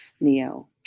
Neo